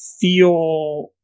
feel